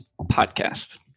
podcast